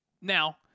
Now